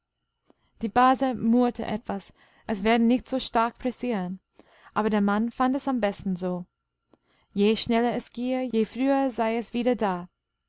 die base murrte etwas es werde nicht so stark pressieren aber der mann fand es am besten so je schneller es gehe je früher sei es wieder da